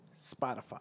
Spotify